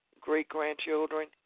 great-grandchildren